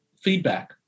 feedback